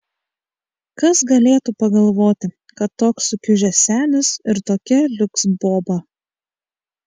kas galėtų pagalvoti kad toks sukiužęs senis ir tokia liuks boba